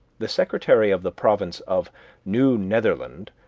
the secretary of the province of new netherland,